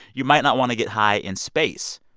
you might not want to get high in space.